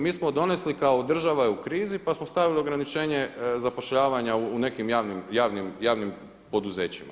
Mi smo donesli, kao država je u krizi pa smo stavili ograničenje zapošljavanja u nekim javnim poduzećima.